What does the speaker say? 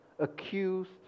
accused